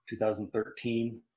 2013